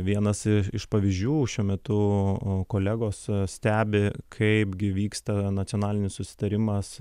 vienas iš pavyzdžių šiuo metu kolegos stebi kaipgi vyksta nacionalinis susitarimas